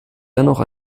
dennoch